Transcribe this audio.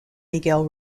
miguel